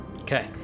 Okay